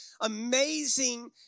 amazing